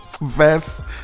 vests